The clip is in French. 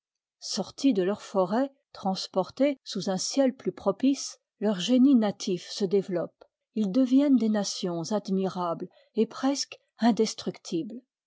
d'autrespeuples sortisde leurs forêts transportés sous un ciel plus propice leur génie natif se développe ils deviennent des nations admirables et presque indestructibles